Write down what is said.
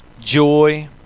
joy